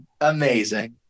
amazing